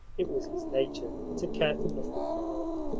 it was his nature to care for nothing mild.